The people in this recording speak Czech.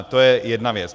To je jedna věc.